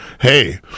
hey